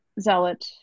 zealot